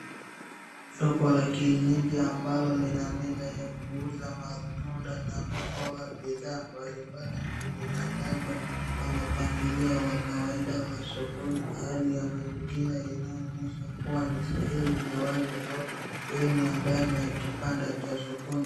Soko la kienyeji ambalo lina meza ya kuuza matunda na mboga. Bidhaa mbalimbali zimetandazwa kwa mapangilio wa kawaida wa sokoni. Hali ya mazingira inaonyesha kuwa ni sehemu ya wazi au sehemu ya ndani ya kibanda cha sokoni.